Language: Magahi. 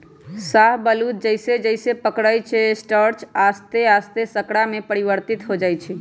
शाहबलूत जइसे जइसे पकइ छइ स्टार्च आश्ते आस्ते शर्करा में परिवर्तित हो जाइ छइ